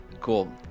Cool